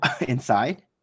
inside